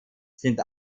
sind